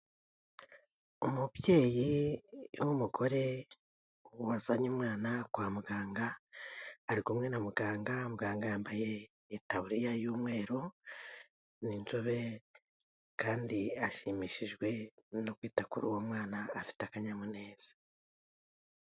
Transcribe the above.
Umubyeyi w'umugore wazanye umwana kwa muganga, ari kumwe na muganga, muganga yambaye itabariya y'umweru, ni inzobe kandi ashimishijwe no kwita kuri uwo mwana afite akanyamuneza.